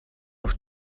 auf